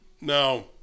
Now